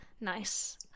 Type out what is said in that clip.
Nice